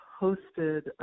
hosted